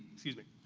excuse me.